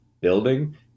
building